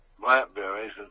blackberries